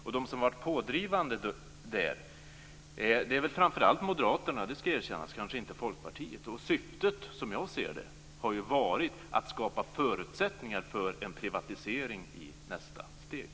Det skall erkännas att det i det avseendet kanske framför allt är moderaterna som har varit pådrivande, kanske inte Folkpartiet. Som jag ser det har syftet varit att skapa förutsättningar för en privatisering i nästa steg.